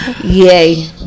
Yay